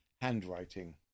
handwriting